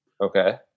Okay